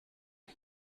ich